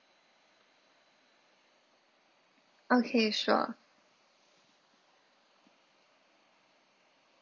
okay sure